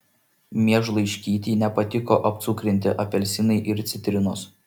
miežlaiškytei nepatiko apcukrinti apelsinai ir citrinos